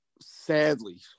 sadly